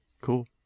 Cool